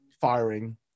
firing